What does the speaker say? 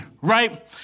right